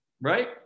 right